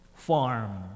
Farm